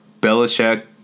Belichick